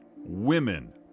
women